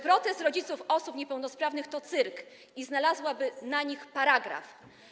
protest rodziców osób niepełnosprawnych to cyrk i znalazłaby na nich paragraf.